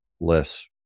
Less